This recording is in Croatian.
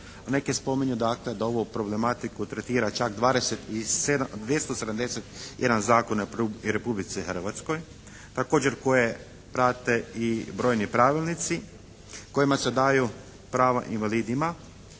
neki spominju dakle da ovu problematiku tretira čak 271 zakon u Republici Hrvatskoj, također koje prate i brojni pravilnicima kojima se daju prava invalidima.